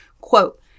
Quote